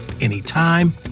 anytime